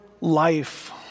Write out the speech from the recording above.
life